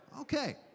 Okay